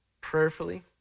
Prayerfully